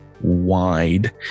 wide